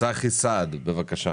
צחי סעד, בבקשה.